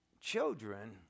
children